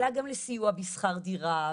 אלא גם לסיוע בשכר דירה,